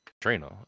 trainer